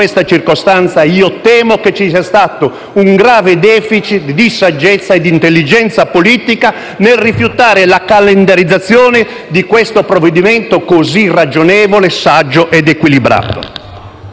In questa circostanza temo ci sia stato un grave *deficit* di saggezza e intelligenza politica nel rifiutare la calendarizzazione di questo provvedimento così ragionevole, saggio ed equilibrato